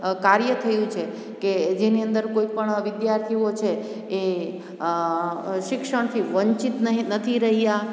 કાર્ય થયું છે કે જેની અંદર કોઈપણ વિદ્યાર્થીઓ છે એ શિક્ષણથી વંચિત નથી રહ્યા